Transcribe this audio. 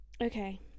Okay